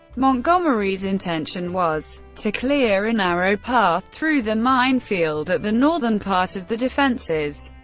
montgomery's intention was to clear a narrow path through the minefield at the northern part of the defenses,